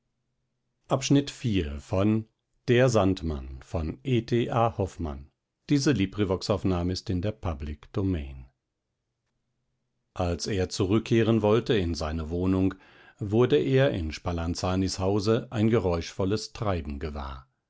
als er zurückkehren wollte in seine wohnung wurde er in spalanzanis hause ein geräuschvolles treiben gewahr